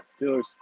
Steelers